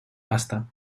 pasta